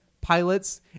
pilots